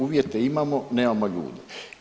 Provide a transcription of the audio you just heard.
Uvjete imamo, nemamo ljude.